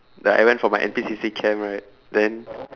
like I went for my N_P_C_C camp right then